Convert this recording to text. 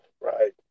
right